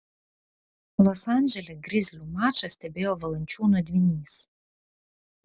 los andžele grizlių mačą stebėjo valančiūno dvynys